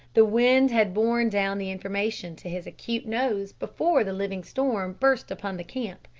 the wind had borne down the information to his acute nose before the living storm burst upon the camp,